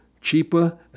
cheaper